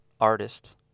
artist